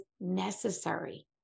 necessary